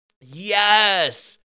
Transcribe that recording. Yes